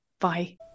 Bye